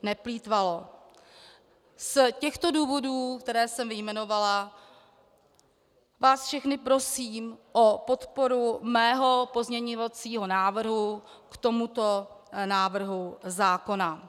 Z těchto důvodů, které jsem vyjmenovala, vás všechny prosím o podporu mého pozměňovacího návrhu k tomuto návrhu zákona.